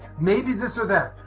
maybe this or that.